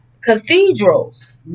cathedrals